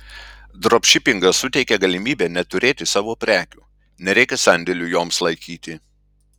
dropšipingas suteikia galimybę neturėti savo prekių nereikia sandėlių joms laikyti